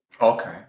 okay